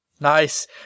Nice